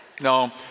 No